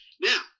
Now